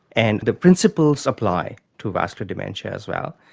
and the principal supply to vascular dementia as well,